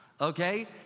okay